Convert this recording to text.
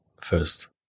first